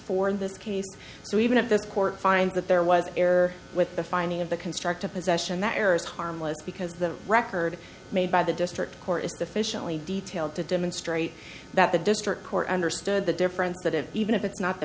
four in this case so even if the court finds that there was error with the finding of a constructive possession that error is harmless because the record made by the district court is officially detailed to demonstrate that the district court understood the difference that it even if it's not t